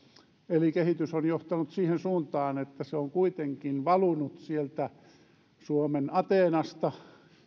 eli kehitys on johtanut siihen suuntaan että se on kuitenkin valunut sieltä suomen ateenasta